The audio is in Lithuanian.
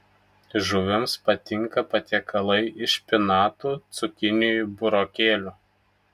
žuvims patinka patiekalai iš špinatų cukinijų burokėlių